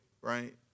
right